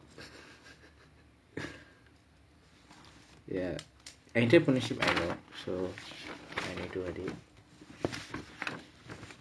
ya entrepreneurship I know